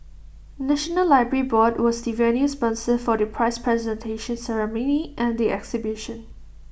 National Library board was the venue sponsor for the prize presentation ceremony and the exhibition